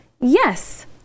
yes